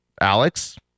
Alex